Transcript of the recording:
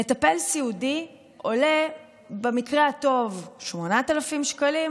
מטפל סיעודי עולה במקרה הטוב 8,000 שקלים.